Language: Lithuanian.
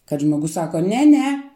kad žmogus sako ne ne